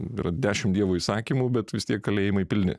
yra dešimt dievo įsakymų bet vis tiek kalėjimai pilni